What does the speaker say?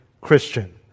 Christian